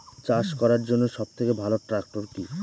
চাষ করার জন্য সবথেকে ভালো ট্র্যাক্টর কি?